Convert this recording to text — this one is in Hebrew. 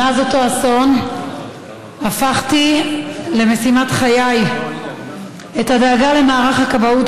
מאז אותו אסון הפכתי למשימת חיי את הדאגה למערך הכבאות